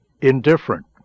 indifferent